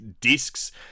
discs